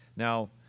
Now